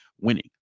winning